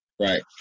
Right